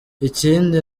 ikindi